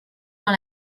dans